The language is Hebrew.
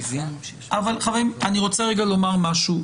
אבל אני רוצה לומר משהו.